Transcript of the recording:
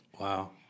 Wow